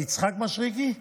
יצחק מישרקי?